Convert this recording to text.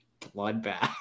bloodbath